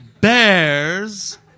Bears